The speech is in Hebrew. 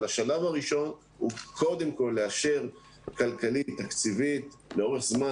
אבל השלב הראשון הוא קודם כול לאשר כלכלית תקציבית לאורך זמן,